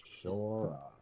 Sure